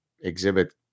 exhibit